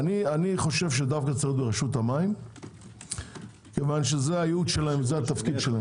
אני חושב שצריך להיות ברשות המים כי זה הייעוד שלהם וזה התפקיד שלהם.